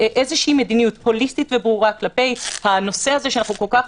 איזושהי מדיניות הוליסטית וברורה כלפי הנושא הזה שאנחנו כל כך